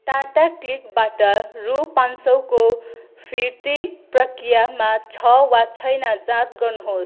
टाटा क्लिकबाट रु पाँच सयको फिर्ती प्रक्रियामा छ वा छैन जाँच गर्नुहोस्